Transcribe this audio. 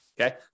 okay